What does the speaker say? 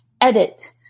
edit